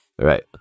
right